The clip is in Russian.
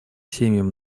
семьям